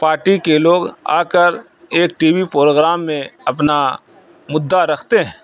party کے لوگ آ کر ایک ٹی وی پروگرام میں اپنا مدعا رکھتے ہیں